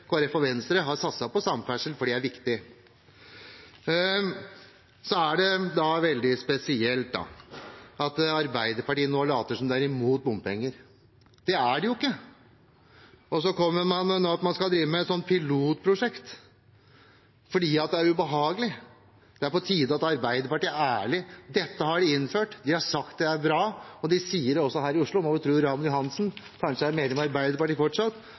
og Venstre, har satset på samferdsel, for det er viktig. Så er det veldig spesielt at Arbeiderpartiet nå later som om de er imot bompenger. Det er de jo ikke. Og så kommer man nå med at man skal drive med et pilotprosjekt, fordi det er ubehagelig. Det er på tide at Arbeiderpartiet er ærlige – dette har de innført, de har sagt det er bra, og de sier det også her i Oslo. Raymond Johansen – vi må vel tro at han er medlem av Arbeiderpartiet fortsatt